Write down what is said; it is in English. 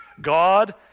God